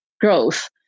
growth